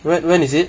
when is it